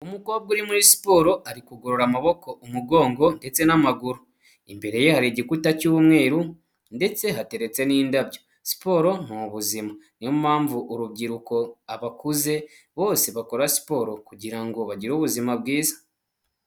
Umukobwa uri muri siporo ari kugorora amaboko, umugongo, ndetse n'amaguru. Imbere ye hari igikuta cy'umweru ndetse hateretse n'indabyo. Siporo ni ubuzima niyo mpamvu urubyiruko, abakuze bose bakora siporo kugira ngo bagire ubuzima bwiza.